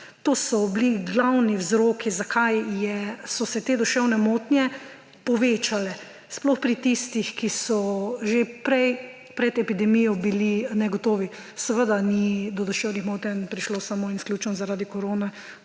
To so bili glavni vzroki, zakaj so se te duševne motnje povečale, sploh pri tistih, ki so že prej pred epidemijo bili negotovi. Seveda ni do duševnih motenj prišlo samo in izključno zaradi koronakrize,